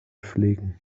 pflegen